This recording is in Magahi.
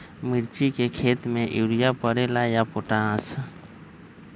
मिर्ची के खेती में यूरिया परेला या पोटाश?